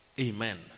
amen